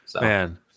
Man